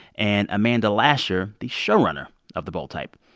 and amanda lasher, the showrunner of the bold type.